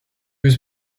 was